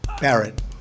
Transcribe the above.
Barrett